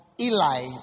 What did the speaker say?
Eli